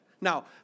Now